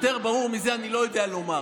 יותר ברור מזה אני לא יודע לומר.